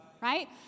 right